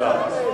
מה זה, באמת?